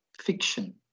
fiction